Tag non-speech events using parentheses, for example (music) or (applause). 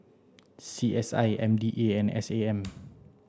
C S I M D A and S A M (noise)